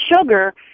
sugar